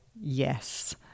Yes